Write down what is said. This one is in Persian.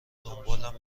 دنبالم